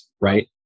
right